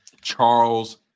Charles